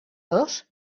dos